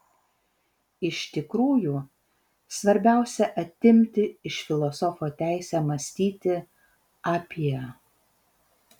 iš tikrųjų svarbiausia atimti iš filosofo teisę mąstyti apie